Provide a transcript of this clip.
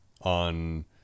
on